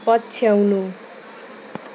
पछ्याउनु